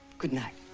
good night.